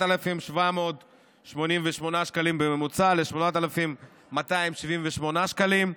מ-8,788 שקלים בממוצע ל-8,278 שקלים,